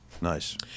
Nice